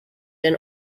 then